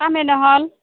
কামে নহ'ল